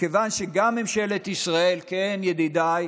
מכיוון שגם ממשלת ישראל, כן, ידידיי,